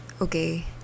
okay